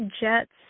Jets